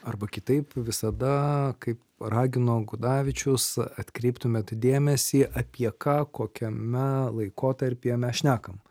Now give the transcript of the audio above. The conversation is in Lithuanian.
arba kitaip visada kaip ragino gudavičius atkreiptumėt dėmesį apie ką kokiame laikotarpyje mes šnekam